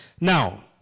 Now